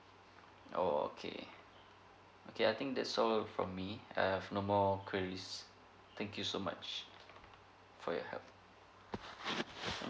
orh okay okay I think that's all from me I have no more queries thank you so much for your help